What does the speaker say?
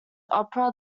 opera